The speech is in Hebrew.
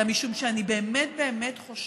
אלא משום שאני באמת חושבת